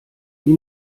die